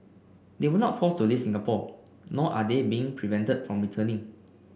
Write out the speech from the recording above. they were not forced to leave Singapore nor are they being prevented from returning